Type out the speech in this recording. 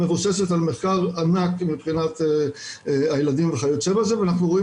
מבוססת על מחקר ענק מבחינת הילדים וכיוצא בזה ואנחנו רואים